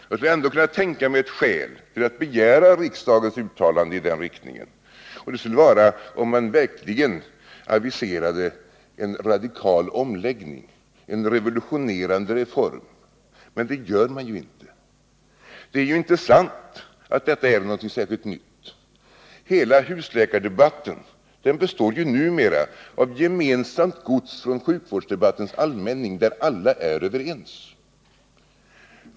Jag skulle ändå kunna tänka mig ett skäl till att begära riksdagens uttalande, och det skulle vara om man verkligen aviserade en radikal omläggning, en revolutionerande reform, men det gör man ju inte. Det är inte sant att det som nu framförs är något särskilt nytt. Hela husläkardebatten består ju numera av gemensamt gods från sjukvårdsdebattens allmänning, där alla är överens.